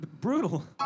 brutal